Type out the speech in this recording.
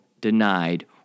denied